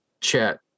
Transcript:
chat